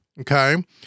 Okay